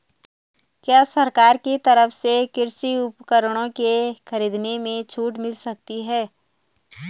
क्या सरकार की तरफ से कृषि उपकरणों के खरीदने में छूट मिलती है?